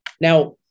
now